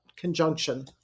conjunction